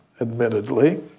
admittedly